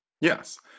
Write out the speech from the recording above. Yes